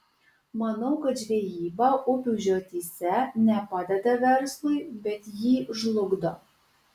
manau kad žvejyba upių žiotyse ne padeda verslui bet jį žlugdo